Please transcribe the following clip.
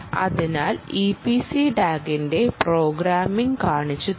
അതിനാൽ ഇപിസി ടാഗിന്റെ പ്രോഗ്രാമിംഗ് കാണിച്ചുതരാം